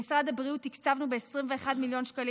במשרד הבריאות תקצבנו ב-21 מיליון שקלים